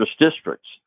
districts